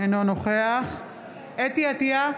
אינו נוכח חוה אתי עטייה,